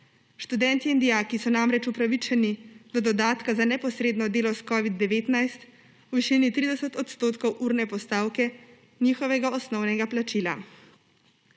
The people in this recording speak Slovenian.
Študentje in dijaki so namreč upravičeni do dodatka za neposredno delo s covid-19 v višini 30 % urne postavke njihovega osnovnega plačila.